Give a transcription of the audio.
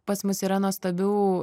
pas mus yra nuostabių